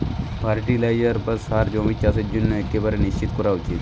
fertiliser বা সার জমির চাষের জন্য একেবারে নিশ্চই করা উচিত